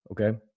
Okay